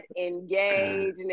engage